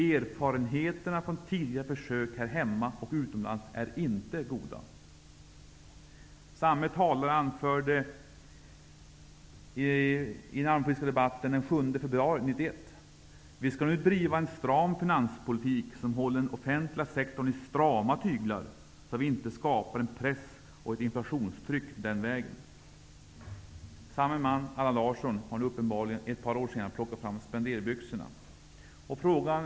Erfarenheterna från tidigare försök här hemma och utomlands är inte goda. Samme talare anförde i den allmänpolitiska debatten den 7 februari 1991: Vi skall nu driva en stram finanspolitik som håller den offentliga sektorn i strama tyglar så att vi inte skapar en press och ett inflationstryck den vägen. Samme man, Allan Larsson, har nu uppenbarligen -- ett par år senare -- plockat fram spenderbyxorna.